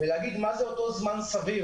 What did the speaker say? להגיד מה זה אותו "זמן סביר".